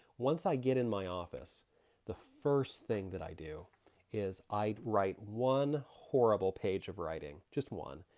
once i get in my office the first thing that i do is i write one horrible page of writing, just one,